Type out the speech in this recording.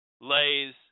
lays